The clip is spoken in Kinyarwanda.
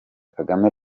kagame